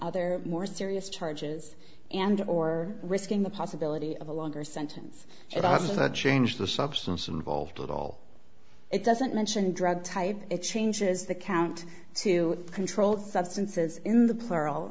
other more serious charges and or risking the possibility of a longer sentence if i thought change the substance involved at all it doesn't mention drug type it changes the count to controlled substances in the plural